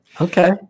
Okay